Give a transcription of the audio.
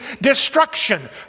destruction